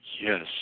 Yes